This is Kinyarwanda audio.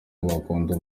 wakunda